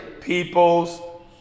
people's